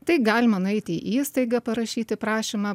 tai galima nueiti į įstaigą parašyti prašymą